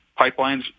pipelines